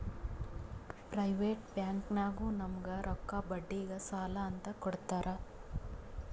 private ಬ್ಯಾಂಕ್ನಾಗು ನಮುಗ್ ರೊಕ್ಕಾ ಬಡ್ಡಿಗ್ ಸಾಲಾ ಅಂತ್ ಕೊಡ್ತಾರ್